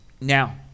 now